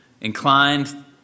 inclined